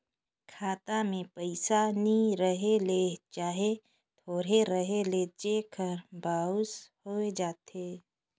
खाता में पइसा नी रहें ले चहे थोरहें रहे ले चेक हर बाउंस होए जाथे